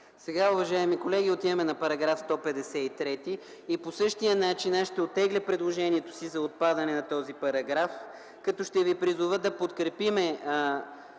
Сега, уважаеми колеги, отиваме на § 153 и по същия начин аз ще оттегля предложението си за отпадане на този параграф, като ще ви призова да подкрепим